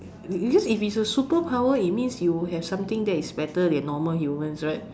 be~ because if it is a superpower it means that you have something that is better than normal humans right